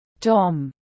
Tom